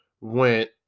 went